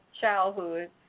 childhood